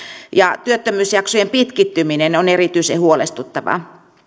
työttömyysjaksojen pitkittyminen on erityisen huolestuttavaa